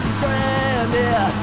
Stranded